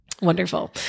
Wonderful